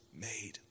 made